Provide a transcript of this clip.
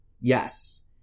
Yes